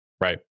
Right